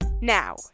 Now